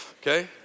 okay